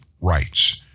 rights